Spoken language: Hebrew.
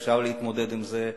אפשר להתמודד עם זה,